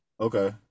Okay